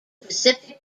pacific